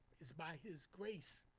is by his grace